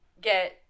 get